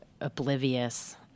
oblivious